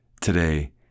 today